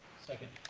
second.